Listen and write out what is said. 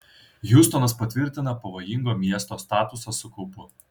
hjustonas patvirtina pavojingo miesto statusą su kaupu